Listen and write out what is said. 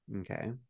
Okay